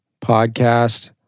podcast